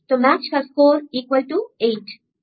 तो मैच का score equal to 8